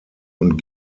und